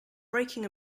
breaking